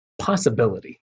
possibility